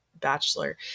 bachelor